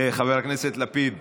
חבר הכנסת לפיד,